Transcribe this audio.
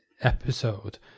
episode